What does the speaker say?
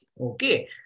Okay